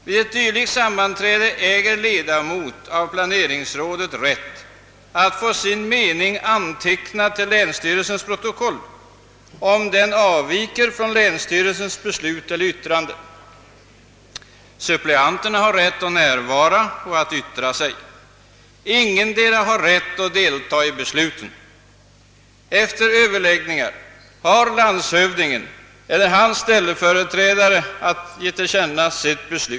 Vid ett dylikt sammanträde äger ledamot av planeringsrådet rätt att få sin mening antecknad till länsstyrelsens protokoll, om den avviker från länsstyrelsens beslut eller yttrande. Suppleanterna har rätt att närvara och att yttra sig. Ingen av ledamöterna eller suppleanterna, har rätt att delta i be sluten. Efter överläggningen har landshövdingen eller hans ställföreträdare att tillkännage sitt beslut.